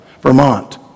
Vermont